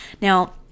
Now